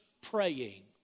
praying